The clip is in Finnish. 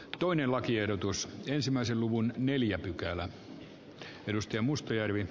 toinen lakiehdotus ensimmäisen luvun neljä pykälää arvoisa puhemies